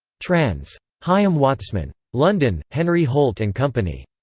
trans. haim watzman. london henry holt and company.